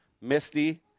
misty